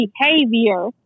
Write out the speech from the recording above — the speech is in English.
behavior